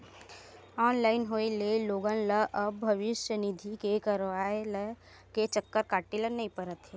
online होए ले लोगन ल अब भविस्य निधि के कारयालय के चक्कर काटे ल नइ परत हे